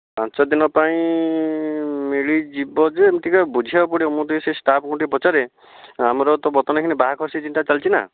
ପାଞ୍ଚଦିନ ପାଇଁ ମିଳିଯିବ ଯେ ଟିକିଏ ବୁଝିବାକୁ ପଡ଼ିବ ମୁଁ ଟିକିଏ ସେ ଷ୍ଟାଫ୍ ଙ୍କୁ ପଚାରେ ଆମର ତ ବର୍ତ୍ତମାନ ଏହିକ୍ଷଣି ବାହାଘର ସିଜିନ୍ଟା ଚାଲିଛି ନା